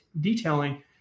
Detailing